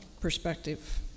perspective